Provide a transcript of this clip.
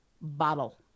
bottle